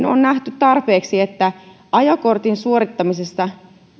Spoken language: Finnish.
on nähty tarpeelliseksi että ajokortin suorittamisessa